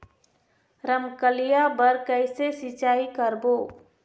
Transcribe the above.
रमकलिया बर कइसे सिचाई करबो?